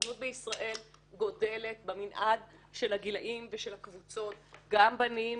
הזנות בישראל גודלת במנעד של הגילאים ושל הקבוצות גם בנים,